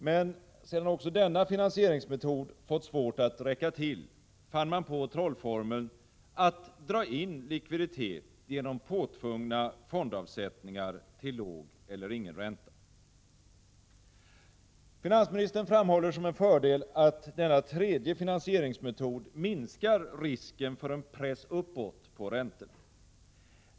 Men sedan det blivit svårt att få också denna finansieringsmetod att räcka till, fann man på trollformeln att dra in likviditet genom påtvungna fondavsättningar till låg eller ingen ränta. Finansministern framhåller som en fördel att denna tredje finansieringsmetod minskar risken för en press uppåt på räntorna.